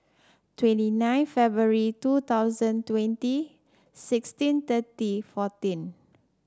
twenty nine February two thousand twenty sixteen thirty fourteen